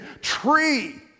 tree